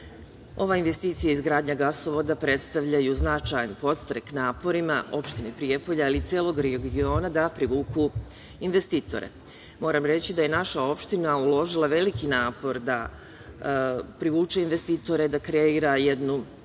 investicija izgradnja gasovoda predstavljaju značajan podstrek naporima opštine Prijepolje, ali i celog regiona da privuku investitore. Moram reći da je naša opština uložila veliki napor da privuče investitore, da kreira jednu